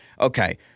Okay